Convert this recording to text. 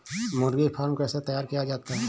मुर्गी फार्म कैसे तैयार किया जाता है?